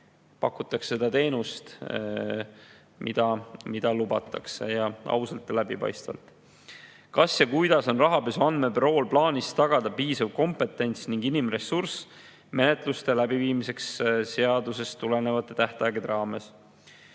pakutakse seda teenust, mida lubatakse, ausalt ja läbipaistvalt. "Kas ja kuidas on Rahapesu Andmebürool plaanis tagada piisav kompetents ning inimressurss menetluste läbiviimiseks seadusest tulenevate tähtaegade raames?"